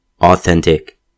authentic